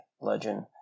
legend